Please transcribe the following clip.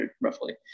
roughly